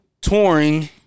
touring